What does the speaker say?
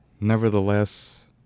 nevertheless